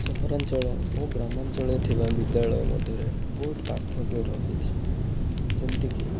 ସହରାଞ୍ଚଳ ଓ ଗ୍ରାମାଞ୍ଚଳରେ ଥିବା ବିଦ୍ୟାଳୟ ମଧ୍ୟରେ ବହୁତ ପାର୍ଥକ୍ୟ ରହିଛି ଯେମିତିକି